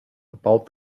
about